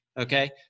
okay